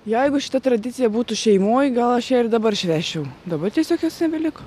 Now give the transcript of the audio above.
jeigu šita tradicija būtų šeimoj gal aš ją ir dabar švęsčiau dabar tiesiog jos nebeliko